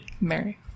Mary